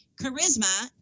Charisma